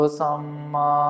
Samma